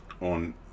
on